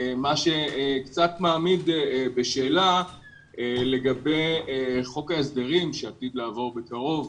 מה שקצת מעמיד בשאלה לגבי חוק ההסדרים שעתיד לעבור בקרוב.